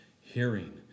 Hearing